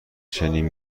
چنین